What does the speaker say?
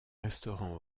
restaurant